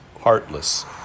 heartless